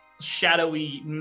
shadowy